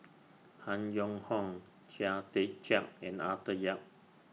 Han Yong Hong Chia Tee Chiak and Arthur Yap